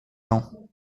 ans